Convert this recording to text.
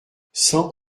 cent